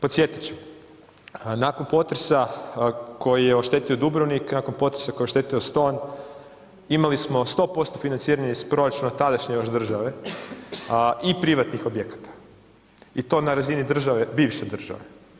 Podsjetit ću, nakon potresa koji je oštetio Dubrovnik, nakon potresa koji je oštetio Ston imali smo 100% financiranje iz proračuna tadašnje još države i privatnih objekata i to na razini države, bivše države.